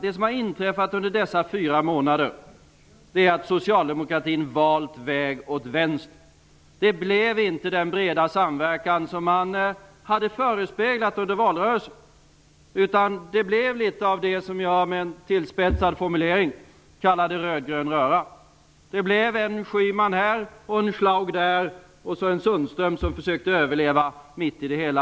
Det som inträffat under de senaste fyra månaderna är att socialdemokratin valt väg åt vänster. Det blev inte den breda samverkan som man hade förespeglat under valrörelsen, utan det blev litet av det som jag med en tillspetsad formulering kallade rödgrön röra. Det blev en Schyman här och en Schlaug där och en Sundström som försökte överleva mitt i det hela.